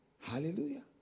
Hallelujah